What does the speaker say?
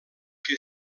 que